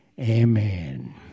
amen